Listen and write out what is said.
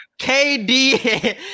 KD